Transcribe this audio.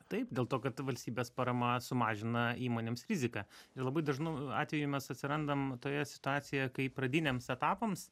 taip dėl to kad valstybės parama sumažina įmonėms riziką ir labai dažnu atveju mes atsirandam toje situacijoje kai pradiniams etapams